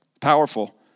powerful